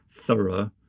thorough